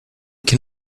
can